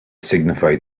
signified